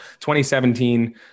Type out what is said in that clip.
2017